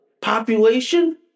population